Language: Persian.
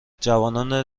جوانان